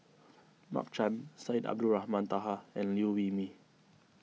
Mark Chan Syed Abdulrahman Taha and Liew Wee Mee